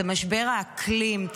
זה משבר האקלים,